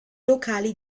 locali